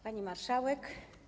Pani Marszałek!